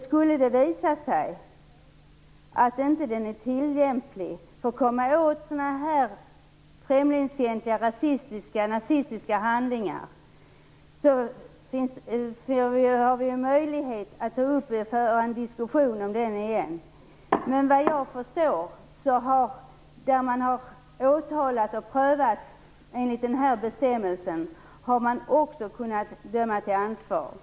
Skulle det visa sig att den inte är tillämplig för att komma åt sådana här främlingsfientliga, rasistiska och nazistiska handlingar har vi ju möjlighet att ta upp den till diskussion igen. Men vad jag förstår har man också kunnat döma till ansvar i de fall där man har åtalat och prövat enligt den här bestämmelsen.